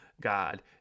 god